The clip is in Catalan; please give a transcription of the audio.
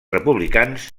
republicans